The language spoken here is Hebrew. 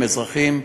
אזרחים,